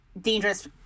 dangerous